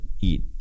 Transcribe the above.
eat